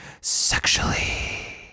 sexually